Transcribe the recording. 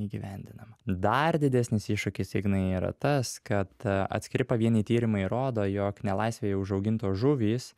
įgyvendinama dar didesnis iššūkis ignai yra tas kad atskiri pavieniai tyrimai rodo jog nelaisvėje užaugintos žuvys